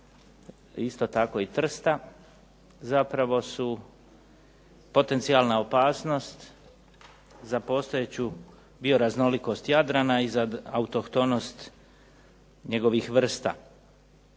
isto tako i Trsta zapravo su potencijalna opasnost za postojeću bio raznolikost Jadrana i autohtonost njegovih vrsta.